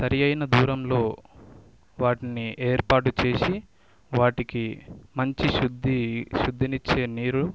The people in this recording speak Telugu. సరి అయిన దూరంలో వాటిని ఏర్పాటు చేసి వాటికి మంచి శుద్ధి శుద్ధిని ఇచ్చే నీరు